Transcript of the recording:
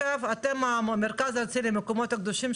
המרכז הארצי למקומות הקדושים,